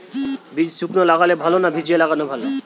বীজ শুকনো লাগালে ভালো না ভিজিয়ে লাগালে ভালো?